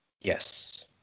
Yes